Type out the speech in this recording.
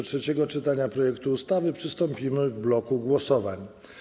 Do trzeciego czytania projektu ustawy przystąpimy w bloku głosowań.